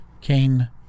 Cain